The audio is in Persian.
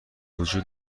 وجود